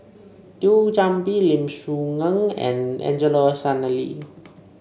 Thio Chan Bee Lim Soo Ngee and Angelo Sanelli